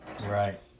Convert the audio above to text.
right